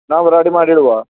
ನಾವು ರೆಡಿ ಮಾಡಿ ಇಡುವಾ